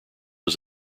was